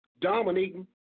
dominating